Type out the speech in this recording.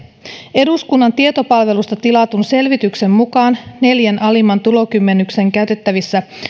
eduskunnan tietopalvelusta tilatun selvityksen mukaan neljän alimman tulokymmenyksen käytettävissä